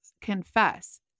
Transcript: confess